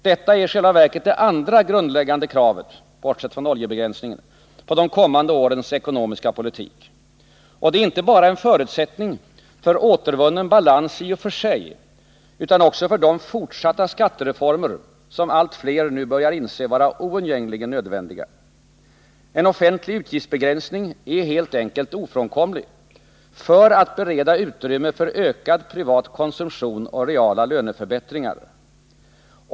Detta är i själva verket det andra grundläggande kravet — det första är oljebegränsningen — på de kommande årens ekonomiska politik. Och det är inte bara en förutsättning för återvunnen balans i och för sig utan också för de fortsatta skattereformer som allt fler nu börjar inse vara oundgängligen nödvändiga. En offentlig utgiftsbegränsning är helt enkelt ofrånkomlig för att vi skall kunna bereda utrymme för ökad privat konsumtion och reala löneförbättringar.